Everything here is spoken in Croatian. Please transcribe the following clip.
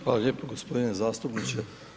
Hvala lijepo gospodine zastupniče.